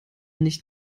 nicht